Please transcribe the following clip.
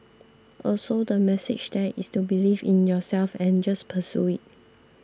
also the message there is to believe in yourself and just pursue it